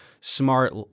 smart